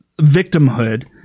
victimhood